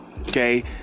Okay